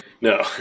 No